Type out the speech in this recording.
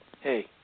hey